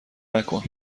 نکن